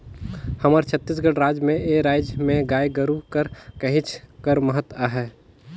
हमर छत्तीसगढ़ राज में ए राएज में गाय गरू कर कहेच कर महत अहे